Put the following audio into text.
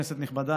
כנסת נכבדה,